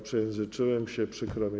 Przejęzyczyłem się, przykro mi.